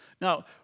Now